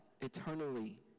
eternally